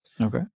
Okay